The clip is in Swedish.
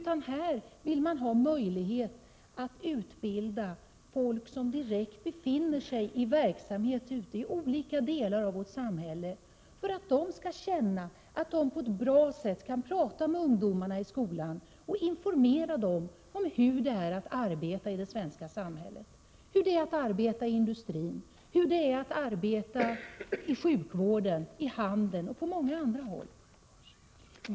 Man vill ha möjlighet att utbilda folk som är direkt verksamma i olika delar av vårt samhälle. Utbildningen skall få dem att känna att de på ett bra sätt kan prata med ungdomarna i skolan och informera dem om hur det är att arbeta i det svenska samhället, i industrin, i sjukvården, i handeln och på många andra håll.